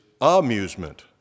amusement